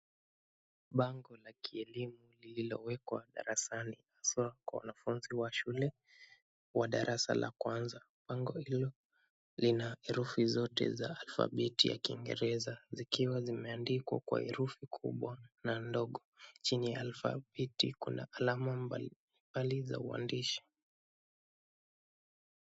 Bango la kielimu lililowekwa darasani haswa kwa wanafunzi wa shule wa darasa la kwanza. Bango hilo lina herufi zote za alfabeti ya kingereza zikiwa zimeandikwa kwa herufi kubwa na ndogo. Chini ya alfabeti kuna alama mbalimbali za uandishi.